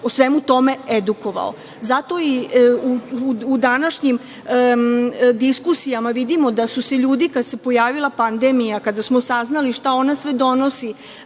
o svemu tome edukovao? Zato u današnjim diskusijama vidimo da su se ljudi kad se pojavila pandemija, kada smo saznali šta ona sve donosi,